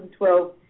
2012